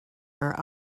are